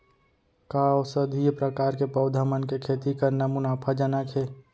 का औषधीय प्रकार के पौधा मन के खेती करना मुनाफाजनक हे?